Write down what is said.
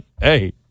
Hey